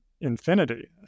infinity